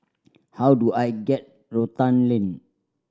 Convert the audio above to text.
how do I get Rotan Lane